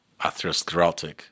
atherosclerotic